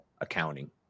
accounting